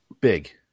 big